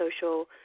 social